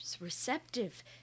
receptive